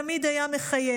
תמיד היה מחייך.